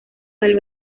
del